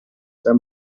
der